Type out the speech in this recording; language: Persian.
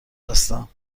هستم